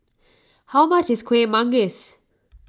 how much is Kueh Manggis